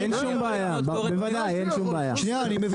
אבל שוסטר,